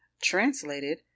Translated